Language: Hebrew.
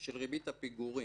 של ריבית הפיגורים.